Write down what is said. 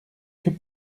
que